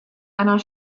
einer